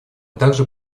также